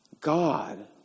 God